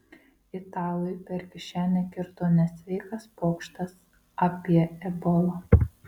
italui per kišenę kirto nesveikas pokštas apie ebolą